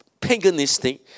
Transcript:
paganistic